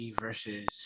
versus